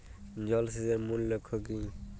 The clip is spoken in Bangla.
জল সেচের মূল লক্ষ্য কী?